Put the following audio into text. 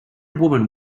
woman